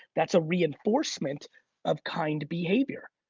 that's a reinforcement of kind behavior.